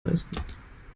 leisten